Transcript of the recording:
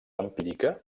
empírica